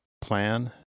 plan